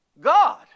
God